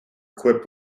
equipped